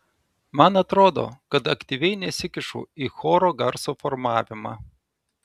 man atrodo kad aktyviai nesikišu į choro garso formavimą